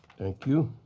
thank you.